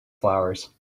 flowers